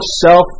self